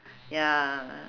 ya